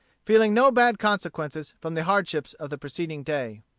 feeling no bad consequences from the hardships of the preceding day.